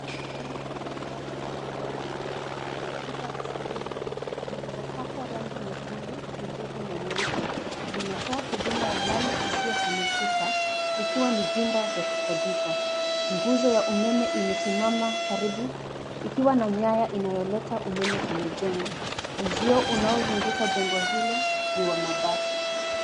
Jengo la makazi la gorofa nne, lenye kuta za saruji zilizopakwa rangi nyekundu, kijivu, na nyeupe. Linatoa huduma ya mali isiohamishika ikiwa ni vyumba vya kukodisha. Nguzo ya umeme imesimama karibu ikiwa na nyaya inayoleta umeme kwenye jengo. Uzio unaozunguka jengo hilo ni wa mabati.